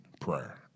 prayer